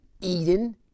Eden